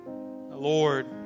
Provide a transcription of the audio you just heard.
Lord